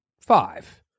five